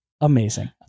Amazing